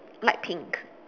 light pink